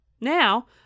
Now